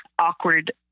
awkward